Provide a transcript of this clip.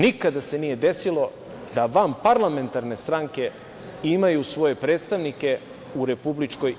Nikada se nije desilo da vanparlamentarne stranke imaju svoje predstavnike u RIK.